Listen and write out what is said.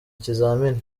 ikizamini